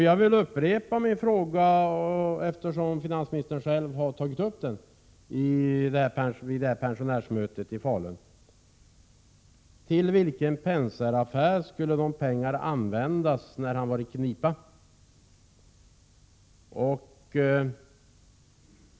Jag vill upprepa min fråga, eftersom finansministern själv berörde den vid pensionärsmötet i Falun: Till vilken Penser-affär skulle pengarna användas när Penser var i knipa?